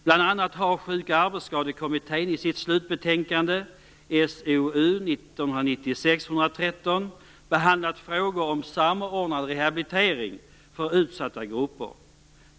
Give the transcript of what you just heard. Bl.a. har Sjuk och arbetsskadekommittén i sitt slutbetänkande, SOU 1996:113, behandlat frågor om samordnad rehabilitering för utsatta grupper.